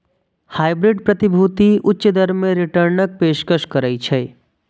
hybrid प्रतिभूति उच्च दर मे रिटर्नक पेशकश करै छै